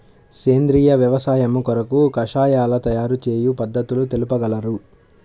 సేంద్రియ వ్యవసాయము కొరకు కషాయాల తయారు చేయు పద్ధతులు తెలుపగలరు?